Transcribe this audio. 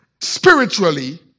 spiritually